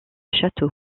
château